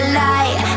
light